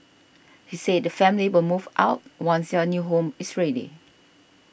he said the family will move out once their new home is ready